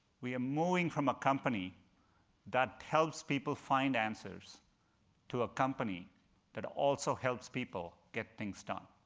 we are moving from a company that helps people find answers to a company that also helps people get things done.